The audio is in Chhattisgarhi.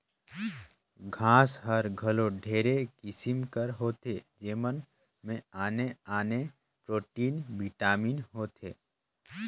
घांस हर घलो ढेरे किसिम कर होथे जेमन में आने आने प्रोटीन, बिटामिन होथे